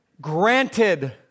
granted